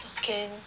again